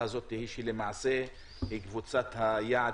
הזאת של הבסדר היא למעשה קבוצת היעד